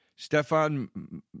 Stefan